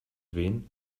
vint